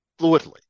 fluidly